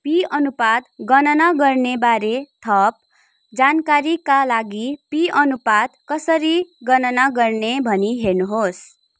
PE अनुपात गणना गर्नेबारे थप जानकारीका लागि पिई अनुपात कसरी गणना गर्ने भनी हेर्नुहोस्